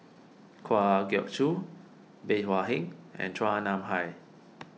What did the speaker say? Kwa Geok Choo Bey Hua Heng and Chua Nam Hai